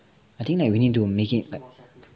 I think we like need to make it like